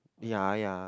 ya ya